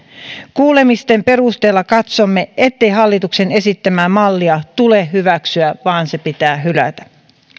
kuulemisten perusteella katsomme ettei hallituksen esittämää mallia tule hyväksyä vaan se pitää hylätä